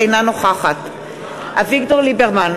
אינה נוכחת אביגדור ליברמן,